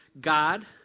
god